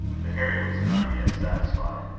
but harry was not yet satisfied.